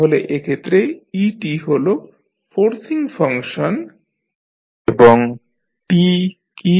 তাহলে এক্ষেত্রে e হল ফোর্সিং ফাংশন এবং t কী